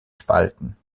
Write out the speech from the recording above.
spalten